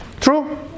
True